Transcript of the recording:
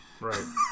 Right